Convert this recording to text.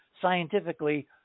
scientifically